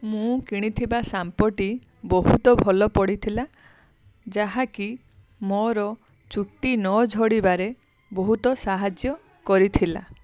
ମୁଁ କିଣିଥିବା ଶାମ୍ପୋଟି ବହୁତ ଭଲ ପଡ଼ିଥିଲା ଯାହାକି ମୋର ଚୁଟି ନ ଝଡ଼ିବାରେ ବହୁତ ସାହାଯ୍ୟ କରିଥିଲା